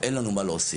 אין לנו מה להוסיף.